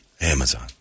Amazon